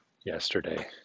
yesterday